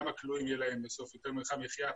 לכלואים יהי יותר מרחב מחיה,